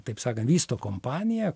taip sakant vysto kompaniją